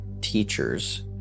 teachers